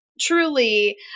truly